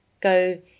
go